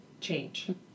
change